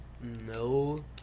no